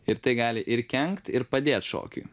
ir tai gali ir kenkt ir padėt šokiui